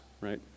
right